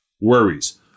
worries